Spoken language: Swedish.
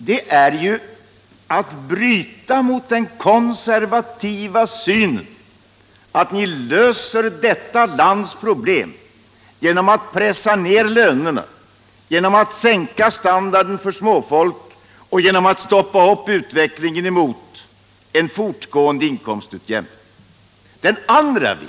det är att bryta mot den konservativa synen att ni kan lösa detta lands problem bäst genom att pressa ner lönerna. genom att sänka standarden för småfolket och genom att stoppa utvecklingen mot en fortgående inkomstutjämning. Ni måste välja en annan väg.